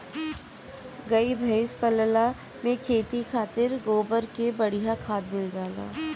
गाई भइस पलला से खेती खातिर गोबर के बढ़िया खाद मिल जाला